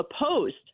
opposed